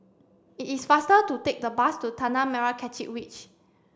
it is faster to take the bus to Tanah Merah Kechil Ridge